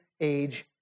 age